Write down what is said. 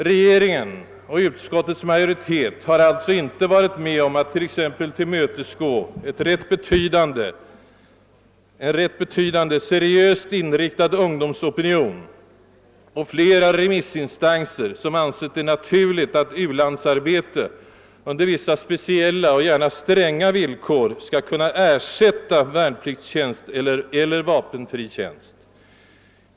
Regeringen och utskottets majoritet har alltså inte velat tillmötesgå en rätt betydande, seriöst inriktad ungdomsopinion och flera remissinstanser, som ansett det naturligt att u-landsarbete under vissa speciella och gärna stränga villkor skall kunna ersätta värnpliktstjänst eller vapenfri tjänst.